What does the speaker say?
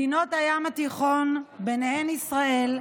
מדינות הים התיכון, ובהן ישראל,